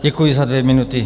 Děkuji za dvě minuty.